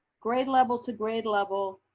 grade level to grade level,